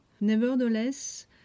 Nevertheless